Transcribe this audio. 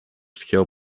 scale